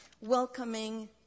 welcoming